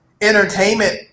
entertainment